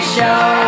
Show